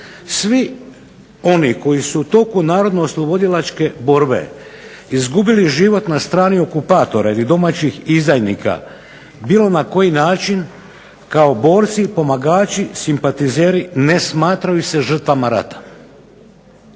"Svi oni koji su u toku narodnooslobodilačke borbe izgubili život na strani okupatora ili domaćih izdajnika bilo na koji način kao borci, pomagači, simpatizeri ne smatraju se žrtvama rata."